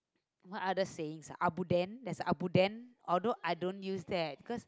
what other sayings ah abuden there's abuden although I don't use that cause